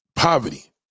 Poverty